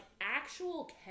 actual